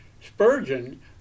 Spurgeon